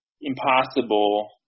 impossible